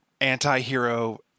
anti-hero